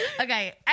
okay